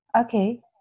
Okay